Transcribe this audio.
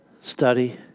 study